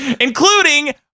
including